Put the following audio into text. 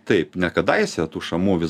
taip ne kadaise tų šamų vis